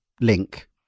Link